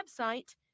website